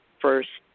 first